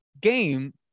game